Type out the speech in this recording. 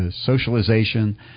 socialization